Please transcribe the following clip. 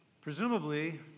Presumably